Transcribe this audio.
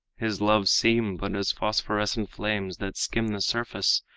his loves seem but as phosphorescent flames that skim the surface,